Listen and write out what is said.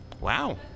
Wow